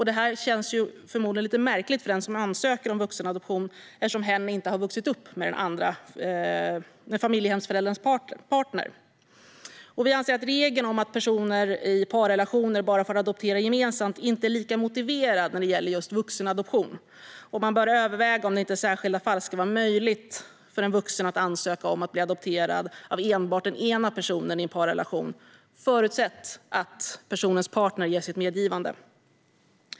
Det här känns förmodligen lite märkligt för den som ansöker om vuxenadoption, eftersom hen inte har vuxit upp med familjehemsförälderns partner. Vi anser att regeln om att personer i parrelationer bara får adoptera gemensamt inte är lika motiverad när det gäller just vuxenadoption. Man bör överväga om det i särskilda fall ska vara möjligt för en vuxen att ansöka om att bli adopterad av enbart den ena personen i en parrelation, förutsatt att personens partner ger sitt medgivande.